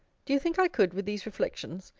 do you think i could, with these reflections,